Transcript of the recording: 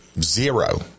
zero